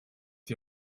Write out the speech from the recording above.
die